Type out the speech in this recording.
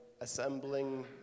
assembling